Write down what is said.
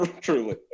truly